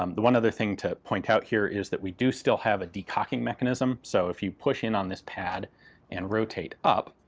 um the one other thing to point out here is that we do still have a de-cocking mechanism. so if you push in on this pad and rotate up,